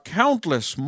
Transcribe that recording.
countless